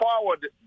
forward